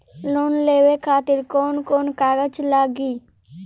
Loan लेवे खातिर कौन कौन कागज लागी?